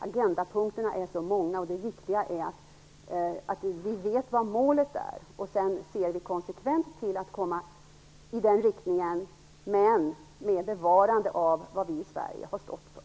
Agendapunkterna är så många, och det viktiga är att vi vet vad målet är. Sedan ser vi konsekvent till att komma i den riktningen, men med bevarande av vad vi i Sverige har stått för.